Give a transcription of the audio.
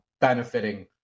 benefiting